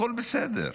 הכול בסדר.